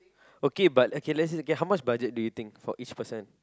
okay but okay let's say okay how much budget do you think for each person